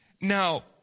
Now